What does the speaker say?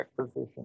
position